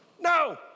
No